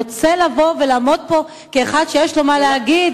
רוצה לבוא ולעמוד פה כאחד שיש לו מה להגיד,